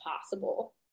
possible